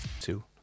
Two